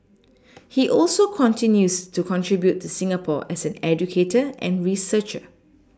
he also continues to contribute to Singapore as an educator and researcher